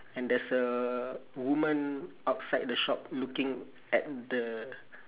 and there's a woman outside the shop looking at the